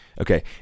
Okay